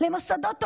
למוסדות תורניים,